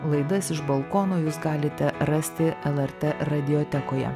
laidas iš balkono jūs galite rasti lrt radiotekoje